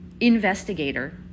investigator